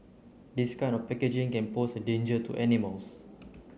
this kind of packaging can pose a danger to animals